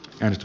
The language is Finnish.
risto